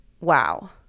Wow